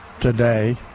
today